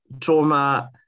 trauma